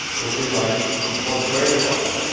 which is like was great for us.